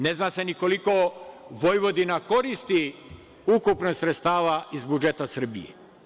Ne zna se ni koliko Vojvodina koristi ukupno sredstava iz budžeta Srbije.